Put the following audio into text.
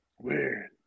weird